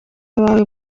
abawe